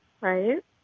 right